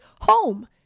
home